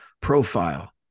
profile